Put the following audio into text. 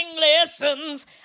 lessons